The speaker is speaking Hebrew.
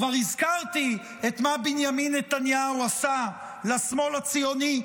כבר הזכרתי את מה שבנימין נתניהו עשה לשמאל הציוני,